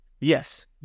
Yes